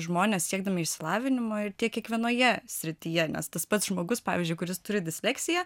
žmonės siekdami išsilavinimo ir tiek kiekvienoje srityje nes tas pats žmogus pavyzdžiui kuris turi disleksiją